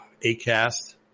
ACAST